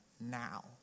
now